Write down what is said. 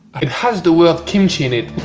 it has the word kimchi in it.